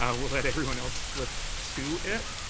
ah we'll let everyone else flip to it.